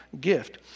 gift